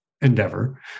endeavor